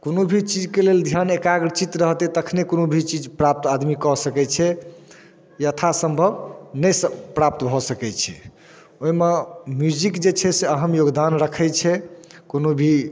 कोनो भी चीजके लेल धिआन एकाग्रचित रहतै तखने कोनो भी चीज प्राप्त आदमी कऽ सकै छै यथासम्भव नहि प्राप्त भऽ सकै छै ओहिमे म्यूजिक जे छै से अहम योगदान रखै छै कोनो भी